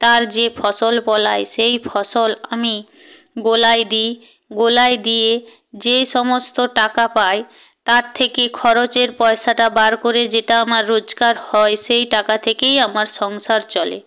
তার যে ফসল ফলায় সেই ফসল আমি গোলায় দিই গোলায় দিয়ে যে সমস্ত টাকা পাই তার থেকে খরচের পয়সাটা বার করে যেটা আমার রোজগার হয় সেই টাকা থেকেই আমার সংসার চলে